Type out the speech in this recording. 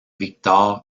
victor